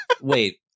Wait